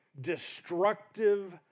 destructive